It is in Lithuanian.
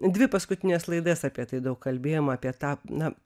dvi paskutines laidas apie tai daug kalbėjom apie tą na